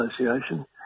Association